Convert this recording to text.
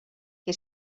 que